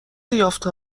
یافته